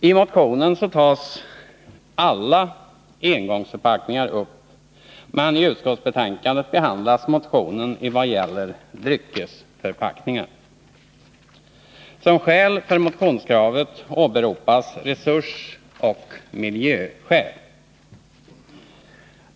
I motionen tas alla engångsförpackningar upp, men i utskottsbetänkandet behandlas motionen i vad gäller dryckesförpackningar. Som stöd för motionskravet åberopas resursoch miljöskäl.